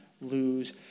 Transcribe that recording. lose